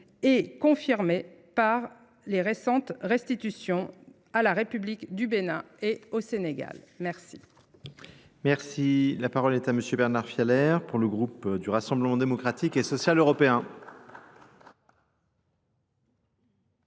et confirmé par les récentes restitutions à la République du Bénin et au Sénégal. Merci. Merci. La parole est à monsieur Bernard Fialer pour le groupe du Rassemblement démocratique et social européen.